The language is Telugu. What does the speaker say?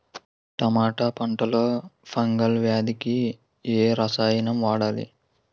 టమాటా పంట లో ఫంగల్ వ్యాధికి ఏ రసాయనం వాడాలి?